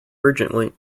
urgently